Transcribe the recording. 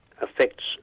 affects